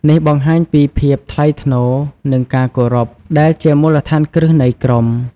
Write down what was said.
នេះបង្ហាញពីភាពថ្លៃថ្នូរ និងការគោរព ដែលជាមូលដ្ឋានគ្រឹះនៃក្រុម។